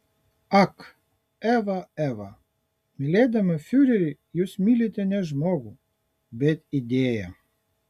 ak eva eva mylėdama fiurerį jūs mylite ne žmogų bet idėją